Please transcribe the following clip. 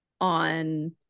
on